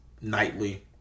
nightly